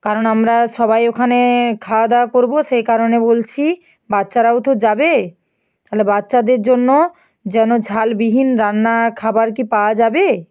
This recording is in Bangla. কারণ আমরা সবাই ওখানে খাওয়াদাওয়া করবো সেই কারণে বলছি বাচ্চারাও তো যাবে তাহলে বাচ্চাদের জন্য যেন ঝালবিহীন রান্না খাবার কি পাওয়া যাবে